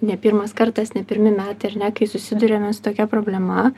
ne pirmas kartas ne pirmi metai ar ne kai susiduriame su tokia problema